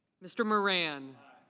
mr. moran.